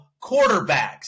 quarterbacks